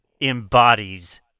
embodies